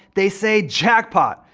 they say jackpot.